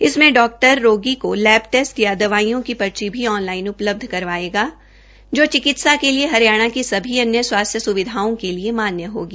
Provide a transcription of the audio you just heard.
इसमें डॉक्टर रोगी को लैब टैस्ट या दवाईयों की पर्ची भी ऑनलाईन उपलब्ध करवायेगा जो चिकित्सा के लिये हरियाणा की सभी अन्य स्वास्थ्य स्विधाओं के लिये मान्य होगी